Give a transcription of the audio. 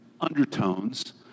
undertones